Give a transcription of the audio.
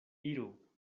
iru